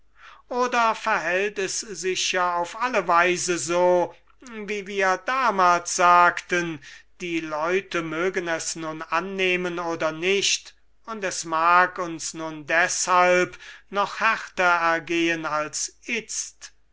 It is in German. oder verhält es sich ja auf alle weise so wie wir damals sagten die leute mögen es nun annehmen oder nicht und es mag uns nun deshalb noch härter ergehen als jetzt